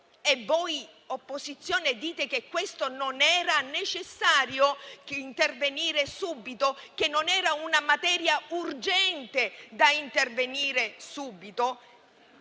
E voi opposizione dite che non era necessario intervenire subito, che non era una materia urgente su cui intervenire subito?